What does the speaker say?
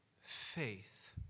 faith